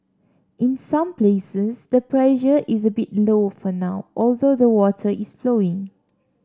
in some places the pressure is a bit low for now although the water is flowing